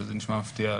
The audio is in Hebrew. שזה נשמע מפתיע,